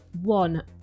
One